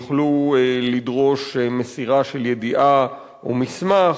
יוכלו לדרוש מסירה של ידיעה או מסמך,